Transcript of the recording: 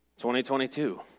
2022